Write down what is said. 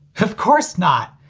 of course not.